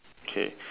okay